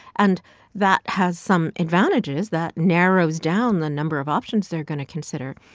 and that has some advantages that narrows down the number of options they're going to consider.